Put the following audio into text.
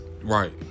Right